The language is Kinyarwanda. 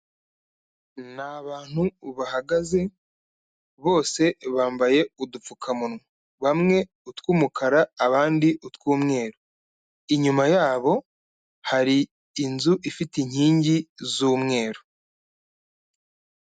Ni abantu bahagaze, bose bambaye udupfukamunwa, bamwe utw'umukara abandi utw'umweru, inyuma yabo hari inzu ifite inkingi z'umweru.